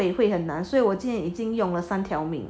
对会很难所以我今天已经用了三条民名